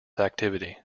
activity